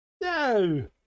No